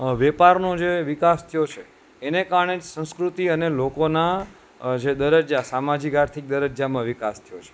વેપારનું જે વિકાસ થયો છે એને કારણે સંસ્કૃતિ અને લોકોના દરજ્જા સામાજિક આર્થિક દરજ્જામાં વિકાસ થયો છે